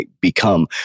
become